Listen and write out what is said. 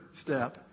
step